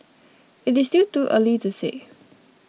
it is still too early to say